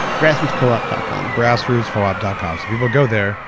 grassrootscoop um dot com grassrootscoop um dot com. so people go there,